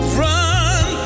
run